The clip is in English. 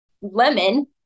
lemon